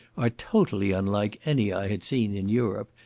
are totally unlike any i had seen in europe,